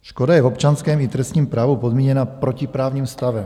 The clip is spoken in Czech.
Škoda je v občanském i trestním právu podmíněna protiprávním stavem.